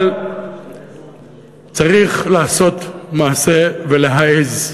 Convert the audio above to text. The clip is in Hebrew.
אבל צריך לעשות מעשה ולהעז.